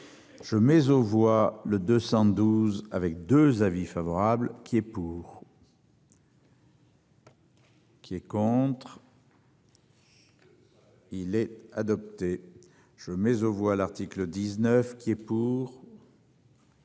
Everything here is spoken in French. Je mais aux voix le 212 avec 2 avis favorable qui est pour. Qui est contre. Il est adopté. Je mais aux voix l'article 19 qui est pour.